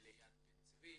ליד בן-צבי